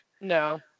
no